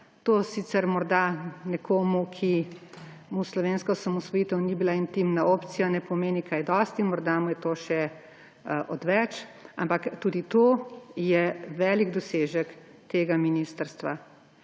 To sicer morda nekomu, ki mu slovenska osamosvojitev ni bila intimna opcija, ne pomeni kaj dosti, morda mu je to še odveč, ampak tudi to je velik dosežek tega ministrstva.